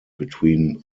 between